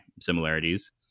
similarities